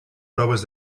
proves